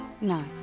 No